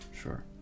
Sure